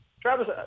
Travis